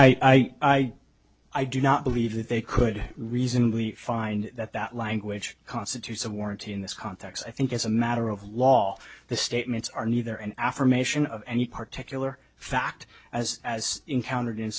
then i i do not believe that they could reasonably find that that language constitutes a warranty in this context i think it's a matter of law the statements are neither an affirmation of any particular fact as as encountered in